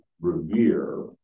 revere